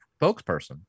spokesperson